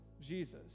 Jesus